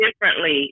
differently